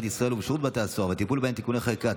ישראל ובשירות בתי הסוהר והטיפול בהן (תיקוני חקיקה),